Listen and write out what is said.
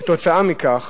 משום כך